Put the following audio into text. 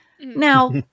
Now